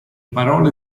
parole